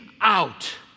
out